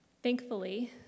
Thankfully